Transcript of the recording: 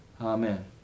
Amen